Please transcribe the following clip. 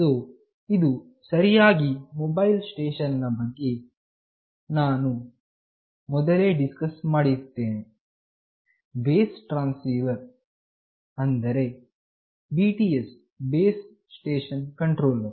so ಇದು ಸರಿಯಾಗಿ mobile station ನ ಬಗ್ಗೆ ನಾನು ಮೊದಲೇ ಡಿಸ್ಕಸ್ ಮಾಡಿರುತ್ತೇನೆ ಬೇಸ್ ಟ್ರಾನ್ಸೀವರ್ ಸ್ಟೇಷನ್ ಅಂದರೆ BTS ಬೇಸ್ ಸ್ಟೇಷನ್ ಕಂಟ್ರೋಲರ್